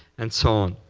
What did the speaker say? and so on.